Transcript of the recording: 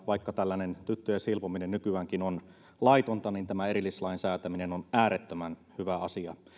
vaikka tällainen tyttöjen silpominen nykyäänkin on laitonta niin tämän erillislain säätäminen on äärettömän hyvä asia